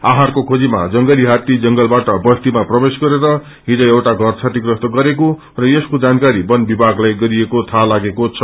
आहरको खेजीमा जंगली हाती जंगलबाट बस्तीमा प्रवेश गरेर हिज एउण्टा घर क्षति प्रस्त गरेको र यसको जानकारी वन विभागलाई गरिएको थाहा लागेको छ